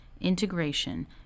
integration